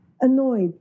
annoyed